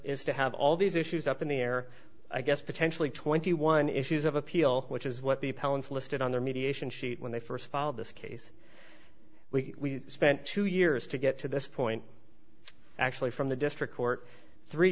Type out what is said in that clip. is to have all these issues up in the air i guess potentially twenty one issues of appeal which is what the appellants listed on their mediation sheet when they first followed this case we spent two years to get to this point actually from the district court three